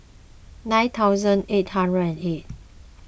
nine thousand eight hundred and eight